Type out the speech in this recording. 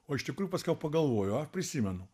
o iš tikrųjų paskiau pagalvoju ar prisimenu